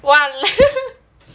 !walao!